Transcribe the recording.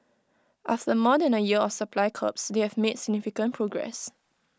after more than A year of supply curbs they have made significant progress